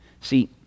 See